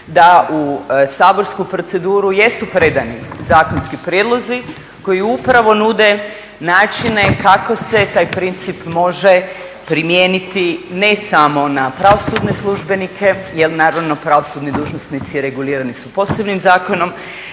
da u saborsku proceduru jesu predani zakonski prijedlozi koji upravo nude načine kako se taj princip može primijeniti ne samo na pravosudne službenike, jer naravno pravosudni dužnosnici regulirani su posebnim zakonom,